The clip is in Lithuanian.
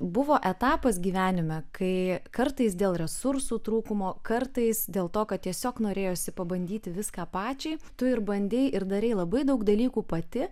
buvo etapas gyvenime kai kartais dėl resursų trūkumo kartais dėl to kad tiesiog norėjosi pabandyti viską pačiai tu ir bandei ir darei labai daug dalykų pati